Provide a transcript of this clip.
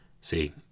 See